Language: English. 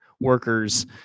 workers